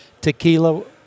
tequila